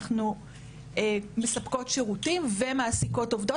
אנחנו מספקות שירותים ומעסיקות עובדות